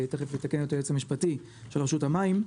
ותכף יתקן אותי היועץ המשפטי של רשות המים,